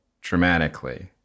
dramatically